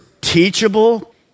teachable